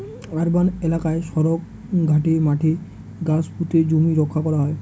urban এলাকায় সড়ক, ঘাটে, মাঠে গাছ পুঁতে জমি রক্ষা করা হয়